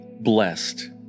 blessed